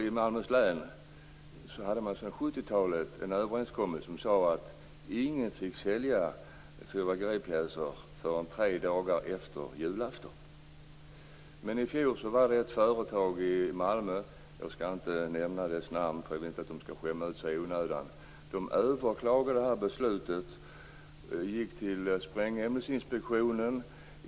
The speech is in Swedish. I Malmöhus län hade man sedan 70 talet en överenskommelse som sade att ingen fick sälja fyrverkeripjäser förrän tre dagar efter julafton. I fjol överklagade ett företag i Malmö - jag skall inte nämna namnet för jag vill inte att det skämmer ut sig i onödan - beslutet och gick till Sprängämnesinspektionen.